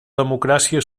democràcia